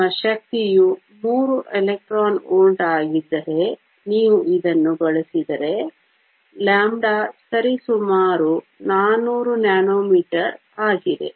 ನಿಮ್ಮ ಶಕ್ತಿಯು 3 electron volt ಆಗಿದ್ದರೆ ನೀವು ಇದನ್ನು ಬಳಸಿದರೆ λ ಸರಿಸುಮಾರು 400 ನ್ಯಾನೋಮೀಟರ್ ಆಗಿದೆ